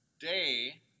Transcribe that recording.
day